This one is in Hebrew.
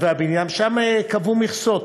ששם קבעו מכסות.